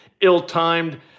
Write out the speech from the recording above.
ill-timed